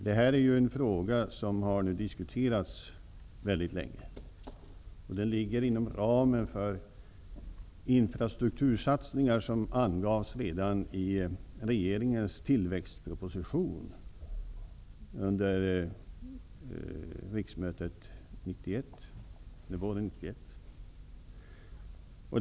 Det här är en fråga som har diskuterats länge, och den ligger inom ramen för infrastruktursatsningar som angavs redan i regeringens tillväxtproposition våren 1991.